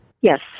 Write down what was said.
Yes